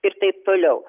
ir taip toliau